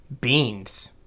Beans